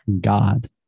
God